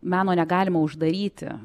meno negalima uždaryti